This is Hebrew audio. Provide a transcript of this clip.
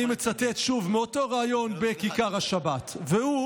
אני מצטט שוב מאותו ריאיון בכיכר השבת, והוא